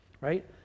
right